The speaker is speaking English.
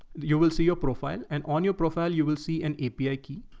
you will see your profile and on your profile, you will see an api ah key.